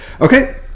Okay